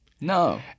No